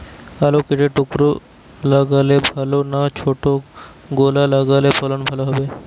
আলু কেটে টুকরো লাগালে ভাল না ছোট গোটা লাগালে ফলন ভালো হবে?